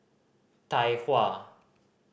Tai Hua